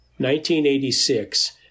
1986